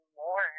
more